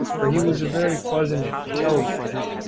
for he was a very pleasant and intelligent.